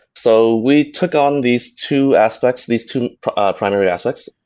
so we took on these two aspects, these two primary aspects,